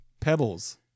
Pebbles